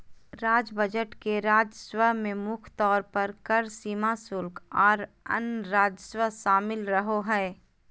राज्य बजट के राजस्व में मुख्य तौर पर कर, सीमा शुल्क, आर अन्य राजस्व शामिल रहो हय